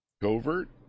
Covert